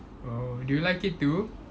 oh do you like it too